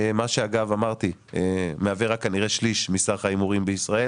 מה שכנראה מהווה רק שליש מסך ההימורים בישראל